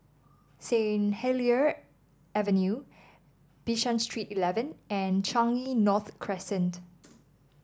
Saint Helier Avenue Bishan Street Eleven and Changi North Crescent